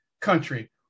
country